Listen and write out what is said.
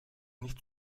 nicht